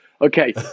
Okay